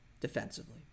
defensively